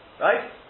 Right